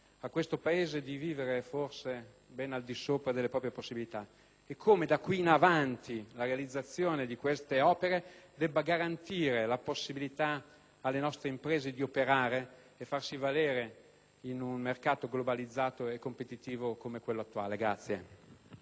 a questo Paese di vivere forse ben al di sopra delle proprie possibilità e che da qui in avanti la realizzazione di tali opere debba garantire la possibilità alle nostre imprese di operare e farsi valere in un mercato globalizzato e competitivo come quello attuale. [DE